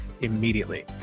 immediately